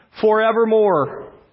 forevermore